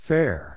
Fair